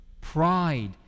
pride